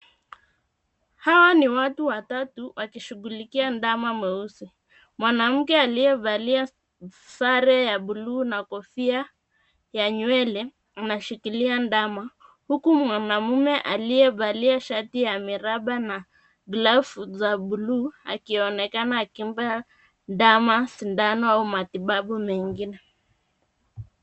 Hawa ni watu watatu wakishughulikia ndama mweusi. Mwanamke aliyevalia sare ya bluu na kofia ya nywele unashikilia ndama huku mwanaume aliyevalia shati ya miraba na glavu za buluu akionekana akimpa ndama sindano au matibabu mengine.